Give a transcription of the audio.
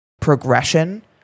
progression